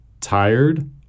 Tired